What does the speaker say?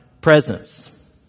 presence